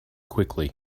quickly